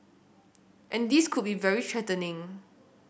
and this could be very threatening